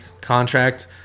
contract